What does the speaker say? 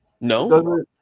No